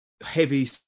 heavy